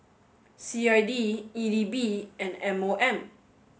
C I D E D B and M O M